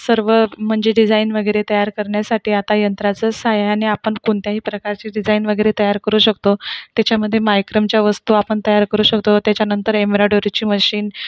सर्व म्हणजे डिझाईन वगैरे तयार करण्यासाठी आता यंत्राच्या साहाय्याने आपण कोणत्याही प्रकारची डिझाईन वगैरे तयार करू शकतो त्याच्यामध्ये मायक्रमच्या वस्तू आपण तयार करू शकतो त्याच्यानंतर एमरॉडरीची मशीन